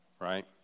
right